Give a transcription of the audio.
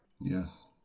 Yes